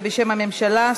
בשם הממשלה,